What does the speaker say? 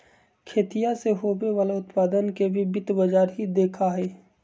खेतीया से होवे वाला उत्पादन के भी वित्त बाजार ही देखा हई